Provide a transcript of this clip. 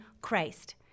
Christ